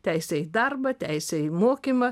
teisė į darbą teisė į mokymą